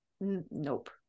Nope